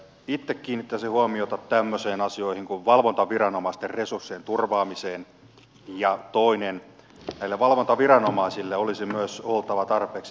itse kiinnittäisin huomiota tämmöisiin asioihin kuin valvontaviranomaisten resurssien turvaamiseen ja toiseksi näillä valvontaviranomaisilla olisi myös oltava tarpeeksi toimivaltaa